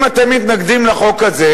אם אתם מתנגדים לחוק הזה,